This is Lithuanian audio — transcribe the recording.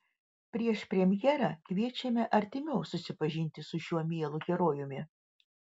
prieš premjerą kviečiame artimiau susipažinti su šiuo mielu herojumi